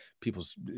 people's